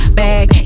bag